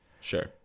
sure